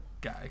guy